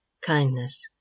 kindness